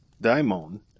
Daimon